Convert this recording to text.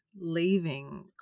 leaving